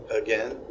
again